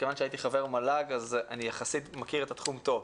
מכיוון שאני הייתי חבר מל"ג אז אני יחסית מכיר את התחום טוב,